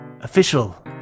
official